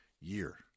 year